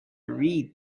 read